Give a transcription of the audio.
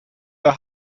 der